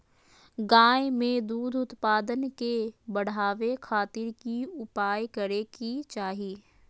गाय में दूध उत्पादन के बढ़ावे खातिर की उपाय करें कि चाही?